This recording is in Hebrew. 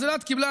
אז אילת קיבלה,